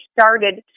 started